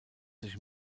sich